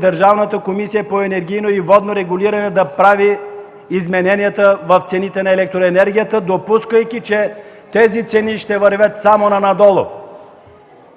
Държавната комисия по енергийно и водно регулиране да прави измененията в цените на електроенергията, допускайки че тези цени ще вървят само надолу.